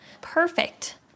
Perfect